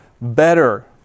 better